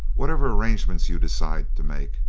whatever arrangements you decide to make,